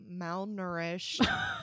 malnourished